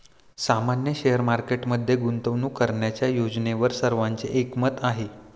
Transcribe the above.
सामान्य शेअरमध्ये गुंतवणूक करण्याच्या योजनेवर सर्वांचे एकमत आहे